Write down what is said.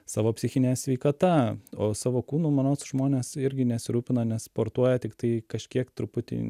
savo psichine sveikata o savo kūnu manau žmonės irgi nesirūpina nes sportuoja tiktai kažkiek truputį